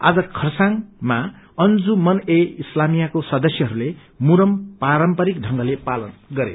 आज खरसाङ अंजु मन ए ईस्लमियाका सदयहरूले मुईरम पारम्परिक ढ़ंगले पालन गरे